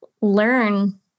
learn